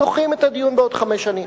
דוחים את הדיון בעוד חמש שנים,